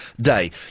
day